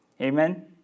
Amen